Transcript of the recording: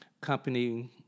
company